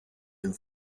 and